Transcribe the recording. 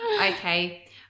Okay